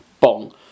bong